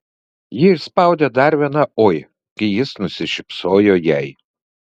ji išspaudė dar vieną oi kai jis nusišypsojo jai